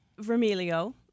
Vermilio